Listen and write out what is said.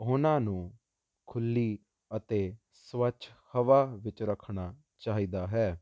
ਉਹਨਾਂ ਨੂੰ ਖੁੱਲੀ ਅਤੇ ਸਵੱਛ ਹਵਾ ਵਿੱਚ ਰੱਖਣਾ ਚਾਹੀਦਾ ਹੈ